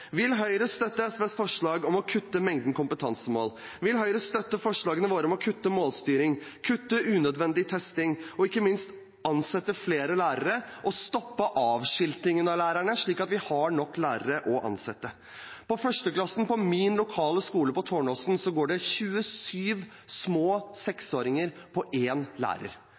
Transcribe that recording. Vil Høyre støtte SVs forslag om å kutte mengden kompetansemål? Vil Høyre støtte forslagene våre om å kutte målstyring, kutte unødvendig testing, og ikke minst ansette flere lærere og stoppe avskiltingen av lærere, slik at vi har nok lærere å ansette? I 1. klasse på min lokale skole på Tårnåsen går det 27 små seksåringer på én lærer.